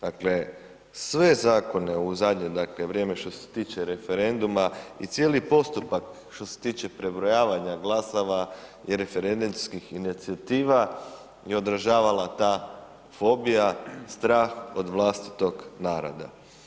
Dakle, sve zakone u zadnje dakle vrijeme što se tiče referenduma i cijeli postupak što se tiče prebrojavanja glasova i referendumskih inicijativa je odražavala ta fobija, strah od vlastitog naroda.